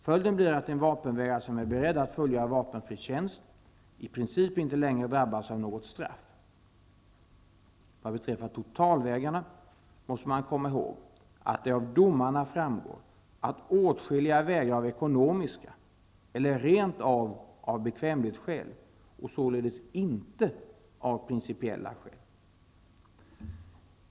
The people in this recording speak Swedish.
Följden blir att en vapenvägrare som är beredd att fullgöra vapenfri tjänst i princip inte längre drabbas av något straff. Vad beträffar totalvägrarna måste man komma ihåg att det av domarna framgår att åtskilliga vägrar av ekonomiska eller rent av av bekvämlighetsskäl och således inte av principiella skäl.